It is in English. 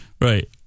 Right